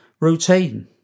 routine